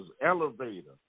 elevator